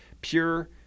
pure